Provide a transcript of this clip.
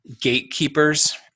gatekeepers